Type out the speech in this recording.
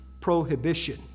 prohibition